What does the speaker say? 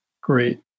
great